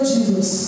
Jesus